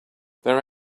there